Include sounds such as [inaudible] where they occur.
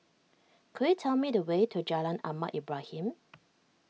could you tell me the way to Jalan Ahmad Ibrahim [noise]